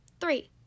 Three